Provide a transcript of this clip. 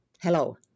Hello